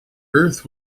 earth